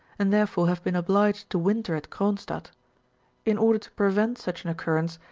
and therefore have been obliged to winter at cronstadt in order to prevent such an occurrence,